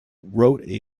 wrote